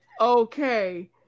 Okay